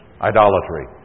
Idolatry